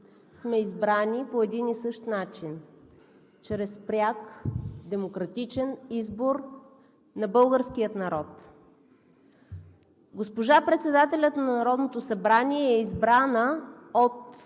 сме избрани по един и същи начин – чрез пряк демократичен избор на българския народ. Госпожа председателят на Народното събрание е избрана от